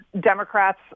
Democrats